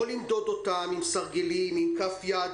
לא למדוד אותם עם סרגלים או עם כף יד.